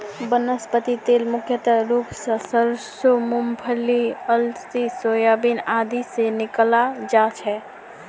वनस्पति तेल मुख्य रूप स सरसों मूंगफली अलसी सोयाबीन आदि से निकालाल जा छे